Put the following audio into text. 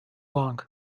long